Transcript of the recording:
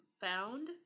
found